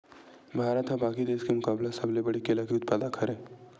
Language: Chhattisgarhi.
भारत हा बाकि देस के मुकाबला सबले बड़े केला के उत्पादक हरे